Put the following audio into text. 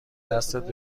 دستت